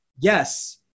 Yes